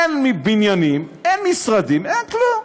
אין בניינים, אין משרדים, אין כלום.